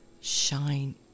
shine